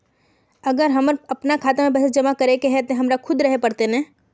अगर हमर अपना खाता में पैसा जमा करे के है ते हमरा खुद रहे पड़ते ने?